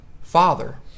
Father